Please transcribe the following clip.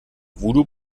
voodoo